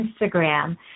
Instagram